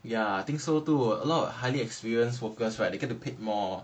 ya I think so too a lot of highly experienced workers right you can to paid more